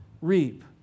reap